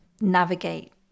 navigate